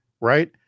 Right